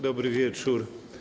Dobry Wieczór!